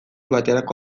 baterako